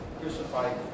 crucified